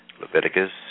Leviticus